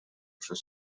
przez